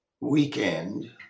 weekend